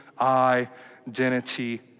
identity